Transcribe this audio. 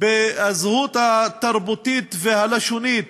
בזהות התרבותית והלשונית